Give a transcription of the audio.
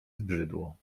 zbrzydło